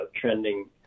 trending